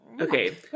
Okay